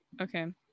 Okay